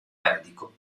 medico